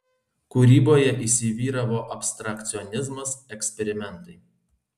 kūryboje įsivyravo abstrakcionizmas eksperimentai